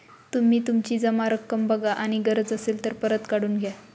तुम्ही तुमची जमा रक्कम बघा आणि गरज असेल तर परत काढून घ्या